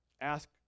Ask